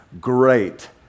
great